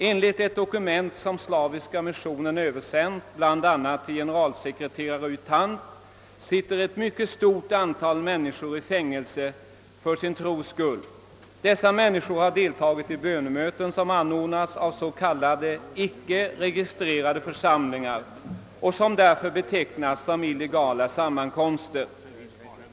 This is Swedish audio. Enligt ett dokument, som Slaviska missionen översänt bl.a. till generalsekreterare U Thant, sitter där ett mycket stort antal människor i fängelse för sin tros skull. Dessa människor har deltagit i bönemöten som anordnats av s.k. icke-registrerade församlingar och som därför betecknas som illegala sammankomster.